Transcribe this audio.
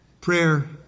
prayer